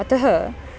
अतः